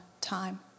time